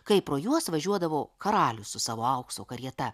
kai pro juos važiuodavo karalius su savo aukso karieta